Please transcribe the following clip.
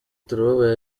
turababaye